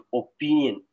opinion